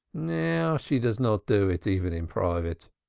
now she does not do it even in private.